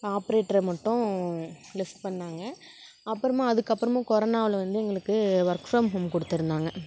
ஆப்ரேட்ரை மட்டும் லெப்ட் பண்ணாங்க அப்புறமா அதுக்கப்புறமும் கொரோனாவில் வந்து எங்களுக்கு ஒர்க் ஃப்ரம் ஹோம் கொடுத்துருந்தாங்க